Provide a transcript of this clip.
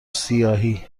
سیاهی